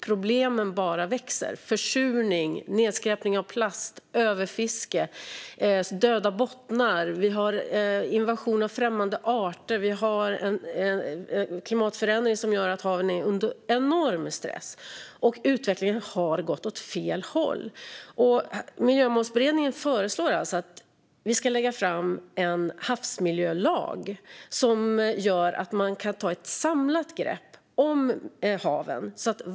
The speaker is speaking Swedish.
Problemen bara växer: Det handlar om försurning, nedskräpning av plast, överfiske, döda bottnar, invasion av främmande arter och klimatförändringar som gör att haven är under en enorm stress. Utvecklingen har gått åt fel håll. Miljömålsberedningen föreslår alltså att vi ska lägga fram en havsmiljölag som gör att man kan ta ett samlat grepp om haven.